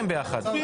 נצביע